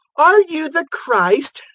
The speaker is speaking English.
are you the christ?